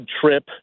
trip